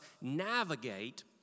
navigate